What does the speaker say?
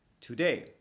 today